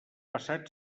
passat